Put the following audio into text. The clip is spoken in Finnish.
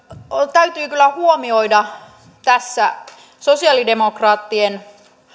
täytyy kyllä huomioida tässä sosiaalidemokraattien